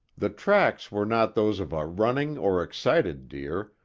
the tracks were not those of a running or excited deer,